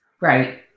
Right